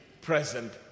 present